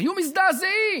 היו מזדעזעים,